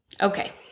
Okay